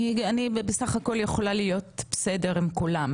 אני בסך הכל יכולה להיות בסדר עם כולם,